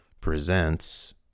presents